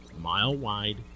mile-wide